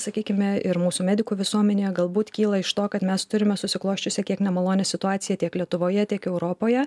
sakykime ir mūsų medikų visuomenėje galbūt kyla iš to kad mes turime susiklosčiusią kiek nemalonią situaciją tiek lietuvoje tiek europoje